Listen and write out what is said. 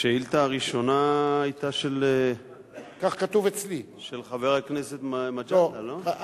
השאילתא הראשונה היתה של חבר הכנסת מג'אדלה, לא?